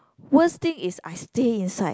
worst thing is I stay inside